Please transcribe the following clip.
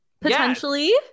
potentially